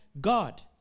God